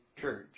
church